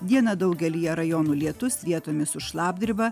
dieną daugelyje rajonų lietus vietomis su šlapdriba